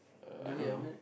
uh I don't know